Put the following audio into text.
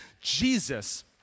Jesus